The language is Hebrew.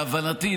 להבנתי,